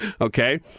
Okay